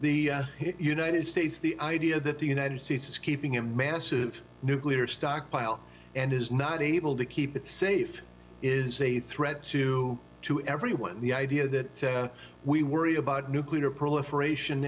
the united states the idea that the united states is keeping in massive nuclear stockpile and is not able to keep it safe is a threat to to everyone the idea that we worry about nuclear proliferation